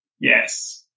Yes